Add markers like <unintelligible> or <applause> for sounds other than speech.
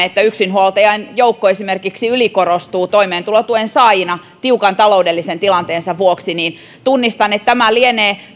<unintelligible> että esimerkiksi yksinhuoltajain joukko ylikorostuu toimeentulotuen saajina tiukan taloudellisen tilanteensa vuoksi niin tunnistan että tämä lienee